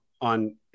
on